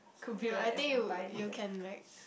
ya I think you you can